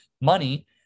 money